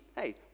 hey